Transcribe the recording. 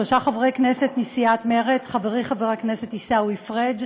שלושה חברי כנסת מסיעת מרצ: חברי חבר הכנסת עיסאווי פריג',